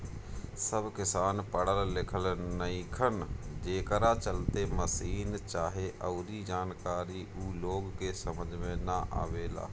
सब किसान पढ़ल लिखल नईखन, जेकरा चलते मसीन चाहे अऊरी जानकारी ऊ लोग के समझ में ना आवेला